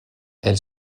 elle